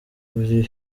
uri